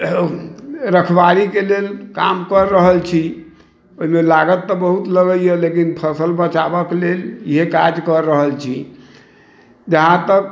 रखवाली के लेल काम कर रहल छी ओहिमे लागत तऽ बहुत लगैया लेकिन फसल बचाबऽ के लेल इएह काज कऽ रहल छी जहाँ तक